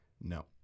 No